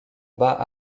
bas